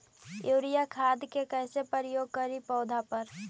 Urea खाद के कैसे प्रयोग करि पौधा पर?